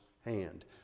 hand